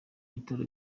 bitaro